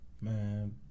Man